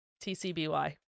TCBY